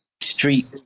street